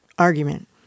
Argument